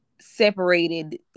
separated